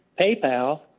PayPal